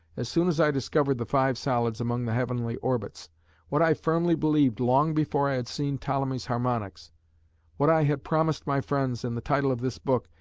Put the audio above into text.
as soon as i discovered the five solids among the heavenly orbits what i firmly believed long before i had seen ptolemy's harmonics' what i had promised my friends in the title of this book,